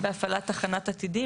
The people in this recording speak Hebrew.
בהפעלת תחנת עתידים.